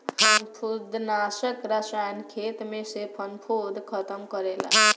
फंफूदनाशक रसायन खेत में से फंफूद खतम करेला